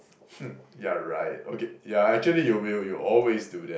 hmm ya right okay ya actually you will you always do that